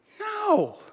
No